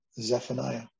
Zephaniah